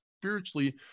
spiritually